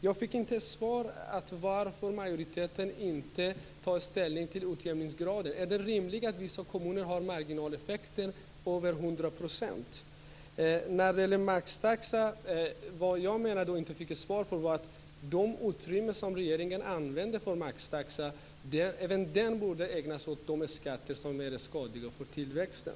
Jag fick inte svar på frågan varför majoriteten inte tar ställning till utjämningsgraden. Är det rimligt att vissa kommuner har marginaleffekter på över 100 %? När det gäller maxtaxan fick jag inte heller något svar. Det utrymme som regeringen använder för maxtaxan borde ägnas åt de skatter som är skadliga för tillväxten.